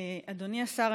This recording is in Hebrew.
אדוני השר,